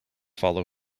follow